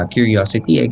Curiosity